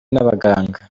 n’abaganga